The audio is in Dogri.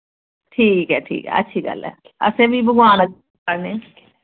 ठीक ऐ ठीक ऐ अच्छी गल्ल ऐ असें बी भगवान